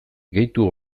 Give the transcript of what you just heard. gehitu